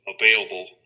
available